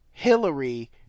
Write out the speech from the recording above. Hillary